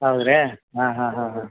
ಹೌದು ರೀ ಹಾಂ ಹಾಂ ಹಾಂ ಹಾಂ ಹಾಂ